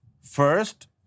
first